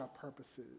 purposes